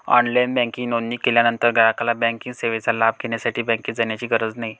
online banking नोंदणी केल्यानंतर ग्राहकाला बँकिंग सेवेचा लाभ घेण्यासाठी बँकेत जाण्याची गरज नाही